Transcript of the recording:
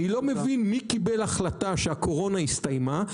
אני לא מבין מי קיבל החלטה שהקורונה הסתיימה.